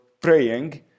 praying